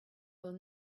will